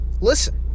Listen